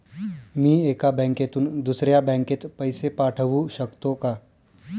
मी एका बँकेतून दुसऱ्या बँकेत पैसे पाठवू शकतो का?